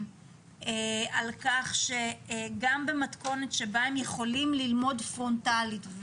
על כך שגם במתכונת שבה הם יכולים ללמוד פרונטלית,